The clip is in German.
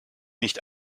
nicht